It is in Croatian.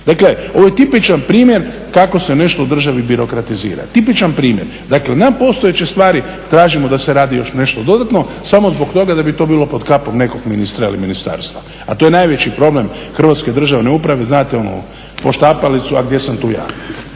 Dakle, ovo je tipičan primjer kako se nešto u državi birokratizira, tipičan primjer. Dakle, na postojeće stvari tražimo da se radi još nešto dodatno samo zbog toga da bi to bilo pod kapom nekog ministra ili ministarstva, a to je najveći problem hrvatske državne uprave, znate ono poštapalicu "A gdje sam tu ja."